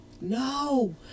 No